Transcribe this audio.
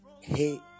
Hey